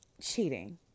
Cheating